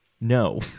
No